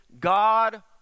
God